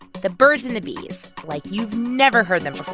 the birds and the bees like you've never heard them